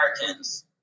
Americans